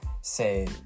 say